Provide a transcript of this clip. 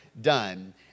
done